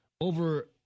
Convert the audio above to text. over